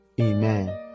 Amen